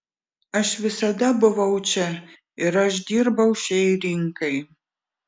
aš visada buvau čia ir aš dirbau šiai rinkai